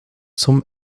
zum